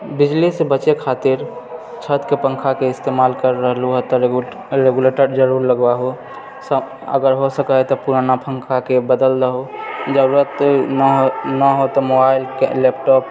बिजलीसे बचे खातिर छतके पंखाके इस्तेमाल कर रहलू हँ तऽ रेगुलेटर जरूर लगबाऊ हौ अगर हो सके तऽ पुराना पंखाके बदलि दहौ जरूरत न हो तऽ मोबाइल लैपटॉप